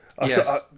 Yes